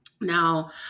Now